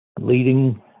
leading